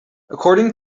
according